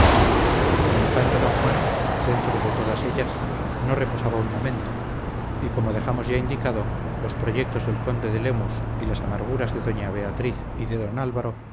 el infante don juan centro de todas ellas no reposaba un momento y como dejamos ya indicado los proyectos del conde de lemus y las amarguras de doña beatriz y de don álvaro